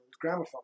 gramophone